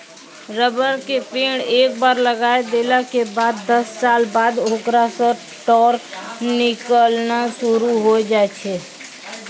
rubber के पेड़ एक बार लगाय देला के बाद दस साल बाद होकरा सॅ टार निकालना शुरू होय जाय छै